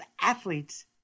athletes